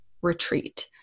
retreat